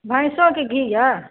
भैँसोके घी यए